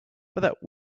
that